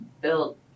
built